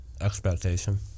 expectation